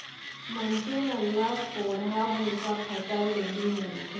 मनसे मन ल कोंढ़ा भूसा फसल ले ही मिलथे